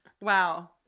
Wow